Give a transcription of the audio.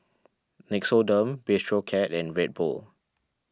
Nixoderm Bistro Cat and Red Bull